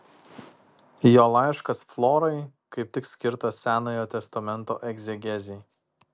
jo laiškas florai kaip tik skirtas senojo testamento egzegezei